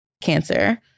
cancer